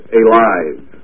alive